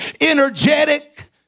energetic